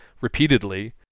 repeatedly